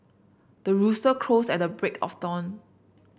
the rooster crows at the break of dawn